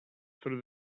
through